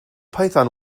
python